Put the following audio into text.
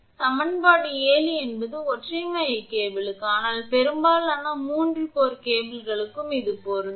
அடுத்து சமன்பாடு 7 என்பது ஒற்றை மைய கேபிளுக்கு ஆனால் பெரும்பாலான 3 கோர் கேபிள்களுக்கும் இது பொருந்தும்